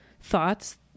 thoughts